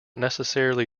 necessarily